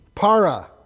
Para